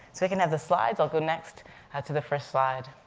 so we can have the slides, i'll go next to the first slide.